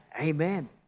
amen